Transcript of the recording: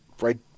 right